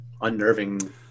unnerving